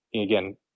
again